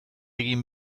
egin